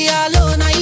alone